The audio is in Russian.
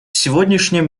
сегодняшнем